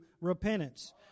repentance